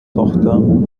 tochter